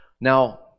Now